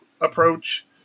approach